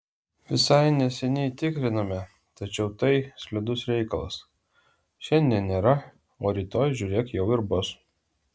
visai neseniai tikrinome tačiau tai slidus reikalas šiandien nėra o rytoj žiūrėk jau ir bus